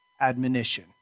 admonition